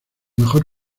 mejor